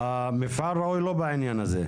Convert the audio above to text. המפעל הראוי לא בעניין הזה.